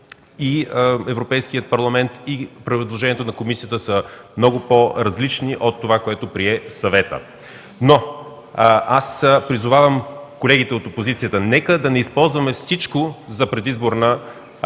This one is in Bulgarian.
И Европейският парламент, и предложението на Комисията са много по-различни от това, което прие Съветът, но аз призовавам колегите от опозицията: нека да не използваме всичко за предизборна агитация